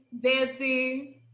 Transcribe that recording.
dancing